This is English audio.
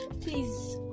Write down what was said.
Please